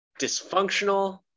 dysfunctional